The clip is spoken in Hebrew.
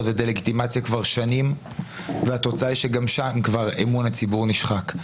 ודה-לגיטימציה והתוצאה היא שגם כאן אמון הציבור נשחק.